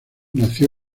nació